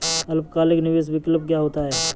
अल्पकालिक निवेश विकल्प क्या होता है?